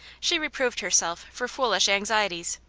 she reproved her self for foolish anxieties.